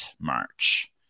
march